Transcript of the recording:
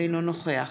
אינו נוכח